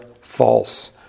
false